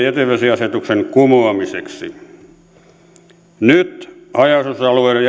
jätevesiasetuksen kumoamiseksi nyt haja asutusalueiden